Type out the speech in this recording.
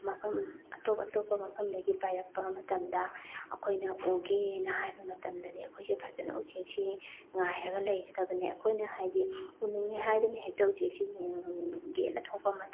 ꯃꯐꯝ ꯑꯇꯣꯞ ꯑꯇꯣꯞꯄ ꯃꯐꯝꯗꯒꯤ ꯄꯥꯏꯔꯛꯄ ꯃꯇꯝꯗ ꯑꯩꯈꯣꯏꯅ ꯎꯒꯦꯅ ꯍꯥꯏꯕ ꯃꯇꯝꯗꯗꯤ ꯑꯩꯈꯣꯏꯁꯦ ꯐꯖꯅ ꯎꯆꯦꯛꯁꯤ ꯉꯥꯏꯔꯒ ꯂꯩꯒꯗꯕꯅꯤ ꯑꯩꯈꯣꯏꯅ ꯍꯥꯏꯗꯤ ꯎꯅꯤꯡꯉꯦ ꯍꯥꯏꯗꯨꯅ ꯍꯦꯛꯇ ꯎꯆꯦꯛꯁꯤ ꯌꯦꯡꯒꯦꯅ ꯊꯣꯛꯄ ꯃꯇꯝꯗ